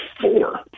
four